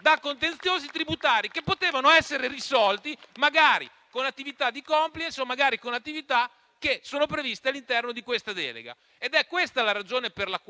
da contenziosi tributari che potevano essere risolti magari con attività di *compliance* o con attività che sono previste all'interno di questa delega. Questa è la ragione che ho